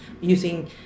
using